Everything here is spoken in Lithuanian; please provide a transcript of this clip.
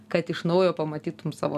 kad iš naujo pamatytum savo